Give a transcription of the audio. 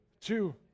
two